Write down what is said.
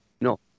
No